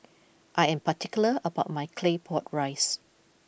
I am particular about my Claypot Rice